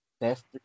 best